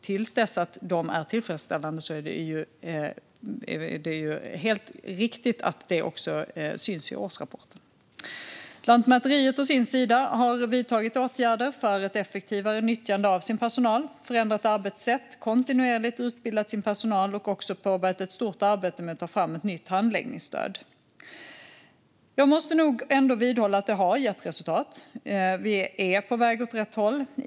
Till dess att de är tillfredsställande är det helt riktigt att det också syns i årsrapporten. Lantmäteriet har å sin sida vidtagit åtgärder för ett effektivare nyttjande av sin personal, förändrat arbetssätt, kontinuerligt utbildat sin personal och också påbörjat ett stort arbete med att ta fram ett nytt handläggningsstöd. Jag måste nog ändå vidhålla att det har gett resultat. Vi är på väg åt rätt håll.